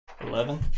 eleven